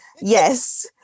Yes